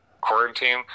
quarantine